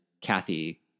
Kathy